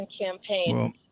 campaign